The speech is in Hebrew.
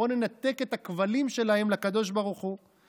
בואו ננתק את הכבלים שלהם לקדוש ברוך הוא.